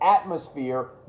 atmosphere